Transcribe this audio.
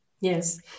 yes